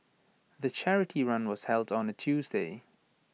the charity run was held on A Tuesday